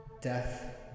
Death